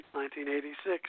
1986